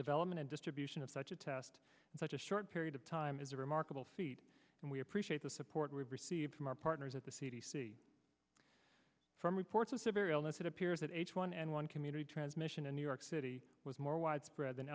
development and distribution of such a test in such a short period of time is a remarkable feat and we appreciate the support we've received from our partners at the c d c from reports of severe illness it appears that h one n one community transmission in new york city was more widespread than